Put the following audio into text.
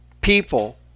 people